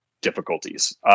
difficulties